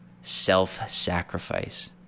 self-sacrifice